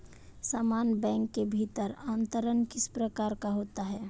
समान बैंक के भीतर अंतरण किस प्रकार का होता है?